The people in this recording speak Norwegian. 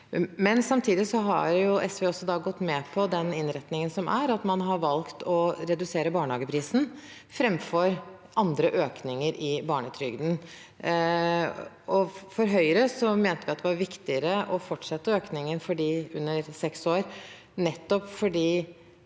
Samtidig har SV gått med på den innretningen som er, at man har valgt å redusere barnehageprisen framfor andre økninger i barnetrygden. I Høyre mente vi at det var viktigere å fortsette økningen for dem under seks år,